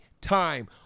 time